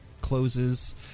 closes